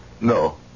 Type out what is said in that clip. No